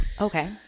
Okay